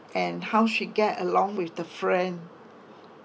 and how she get along with the friend